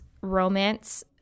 romance